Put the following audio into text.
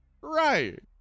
right